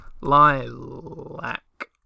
Lilac